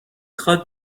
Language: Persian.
خواد